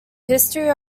history